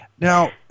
Now